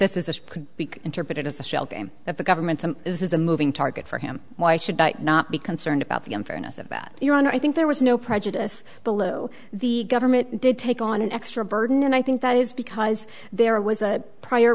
this could be interpreted as a shell game if the government is a moving target for him why should i not be concerned about the unfairness of that your honor i think there was no prejudice below the government did take on an extra burden and i think that is because there was a prior